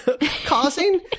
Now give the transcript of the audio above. Causing